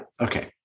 okay